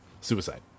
Suicide